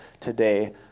today